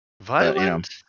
violent